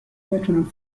بتونن